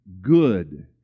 good